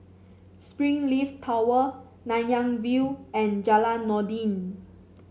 Springleaf Tower Nanyang View and Jalan Noordin